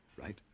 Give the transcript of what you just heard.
right